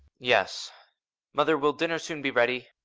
yes mother, will dinner soon be ready?